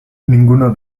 ninguno